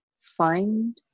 find